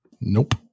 Nope